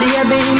Baby